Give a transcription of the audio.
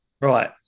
Right